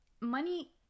money